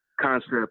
concept